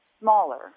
smaller